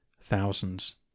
thousands